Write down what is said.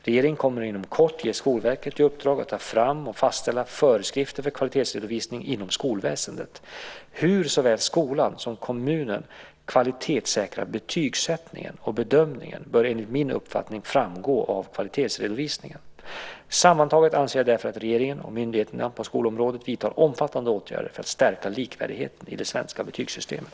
Regeringen kommer inom kort att ge Skolverket i uppdrag att ta fram och fastställa föreskrifter för kvalitetsredovisning inom skolväsendet. Hur såväl skolan som kommunen kvalitetssäkrar betygssättningen och bedömningen bör enligt min uppfattning framgå av kvalitetsredovisningen. Sammantaget anser jag därför att regeringen och myndigheterna på skolområdet vidtar omfattande åtgärder för att stärka likvärdigheten i det svenska betygssystemet.